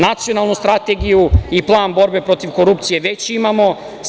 Nacionalnu strategiju i plan borbe protiv korupcije već imamo.